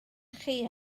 chi